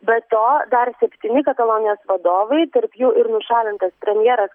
be to dar septyni katalonijos vadovai tarp jų ir nušalintas premjeras